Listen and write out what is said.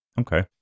Okay